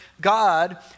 God